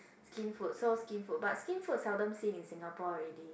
Skinfood so Skinfood but Skinfood seldom see in Singapore already